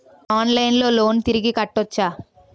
ఆన్లైన్లో లోన్ తిరిగి కట్టోచ్చా?